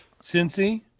cincy